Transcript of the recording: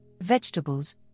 vegetables